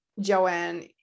Joanne